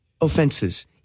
offenses